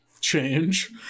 change